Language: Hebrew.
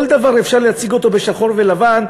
כל דבר אפשר להציג אותו בשחור ולבן,